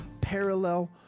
parallel